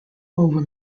over